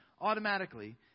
automatically